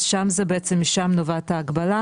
אז שם זה בעצם משם נובעת ההגבלה,